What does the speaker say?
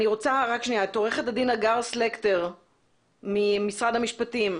אני רוצה לשמוע את עורכת הדין הגר סלקטר ממשרד המשפטים.